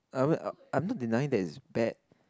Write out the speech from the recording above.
I'm I'm not denying that it's bad